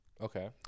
Okay